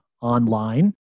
online